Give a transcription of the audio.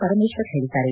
ಪರಮೇಶ್ವರ್ ಹೇಳಿದ್ದಾರೆ